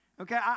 okay